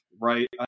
Right